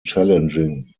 challenging